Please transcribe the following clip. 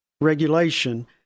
regulation